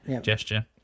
gesture